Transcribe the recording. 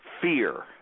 fear